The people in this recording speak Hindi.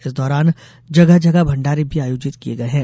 इस दौरान जगह जगह भंडारे भी आयोजित किये गये हैं